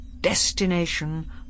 Destination